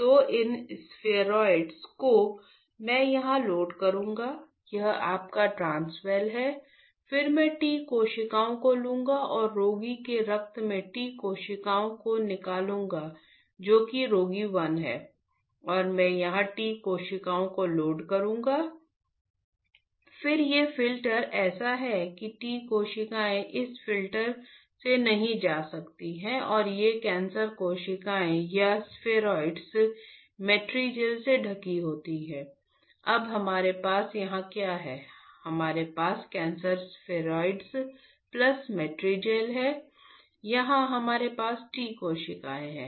तो इन spheroid plus Matrigel है यहां हमारे पास T कोशिकाएं हैं